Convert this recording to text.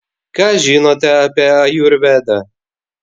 ką žinote apie ajurvedą